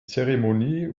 zeremonie